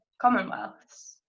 commonwealths